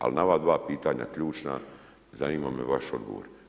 Ali, na ova dva pitanja, ključna, zanima me vaš odgovor.